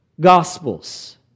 gospels